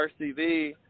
RCV